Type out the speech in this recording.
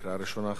לקריאה ראשונה.